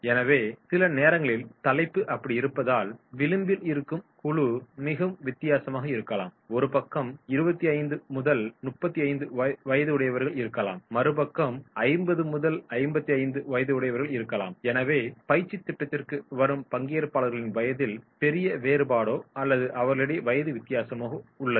எனவே சில நேரங்களில் தலைப்பு அப்படி இருப்பதால் விளிம்பில் இருக்கும் குழு மிகவும் வித்தியாசமாக இருக்கலாம் ஒருபக்கம் 25 முதல் 35 வயதுடையவர்கள் இருக்கலாம் மறுபக்கம் 50 முதல் 55 வயதுடையவர்கள் இருக்கலாம் எனவே பயிற்சித் திட்டத்திற்கு வரும் பங்கேற்பாளர்களின் வயதில் பெரிய வேறுபாடோ அல்லது அவர்களிடையே வயது வித்தியாசமோ உள்ளது